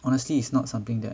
honestly it's not something that